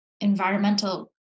environmental